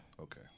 okay